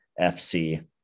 FC